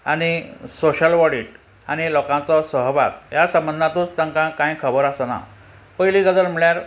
आनी social audit आनी लोकांचो सहभाग ह्या संबंदातूच तांकां कांय खबर आसना पयली गजाल म्हळ्यार